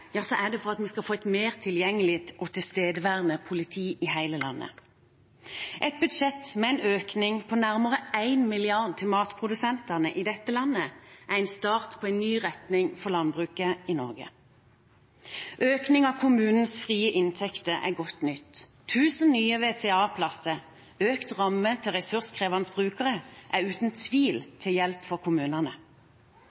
er det for at vi skal få et mer tilgjengelig og tilstedeværende politi i hele landet. Et budsjett med en økning på nærmere 1 mrd. kr til matprodusentene i dette landet er en start på en ny retning for landbruket i Norge. Økning av kommunenes frie inntekter er godt nytt. Tusen nye VTA-plasser og økt ramme til ressurskrevende brukere er uten tvil